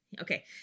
Okay